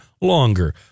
longer